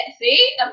See